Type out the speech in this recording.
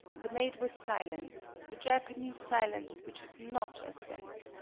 the maid was silent the japanese silence which is not assent.